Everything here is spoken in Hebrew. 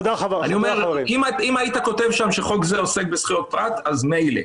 אם היית כותב שם שחוק זה עוסק בזכויות פרט מילא.